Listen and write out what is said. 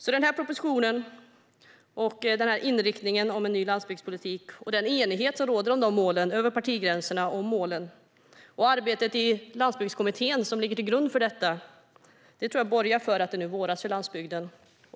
I den här propositionen finns inriktningen om en ny landsbygdspolitik och den enighet som råder om dessa mål över partigränserna. Arbetet i Landsbygdskommittén som ligger till grund för detta borgar nog för att det nu våras för landsbygden.